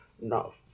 No